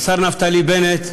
השר נפתלי בנט,